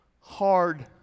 hard